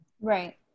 right